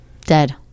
Dead